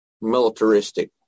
militaristic